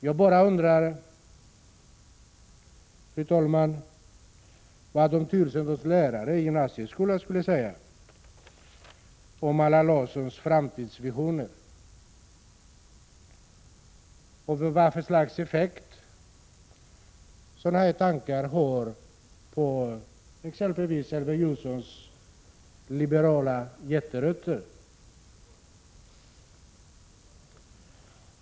Jag bara undrar, fru talman, vad de tusentals lärarna i gymnasieskolan skulle säga om Allan Larssons framtidsvisioner och vad för slags effekt sådana här tankar har på exempelvis Elver Jonssons liberala hjärterötter.